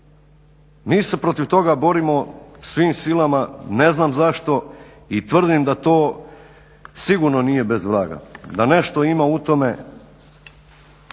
Mi se protiv toga borimo svim silama, ne znam zašto, i tvrdim da to sigurno nije bez vraga. Da nešto ima u tome.